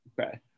Okay